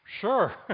sure